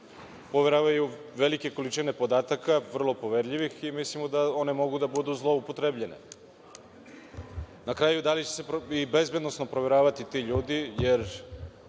poveravaju velike količine podataka, vrlo poverljivih i mislimo da one mogu da budu zloupotrebljene. Na kraju, da li će se i bezbednosno proveravati ti ljudi, jer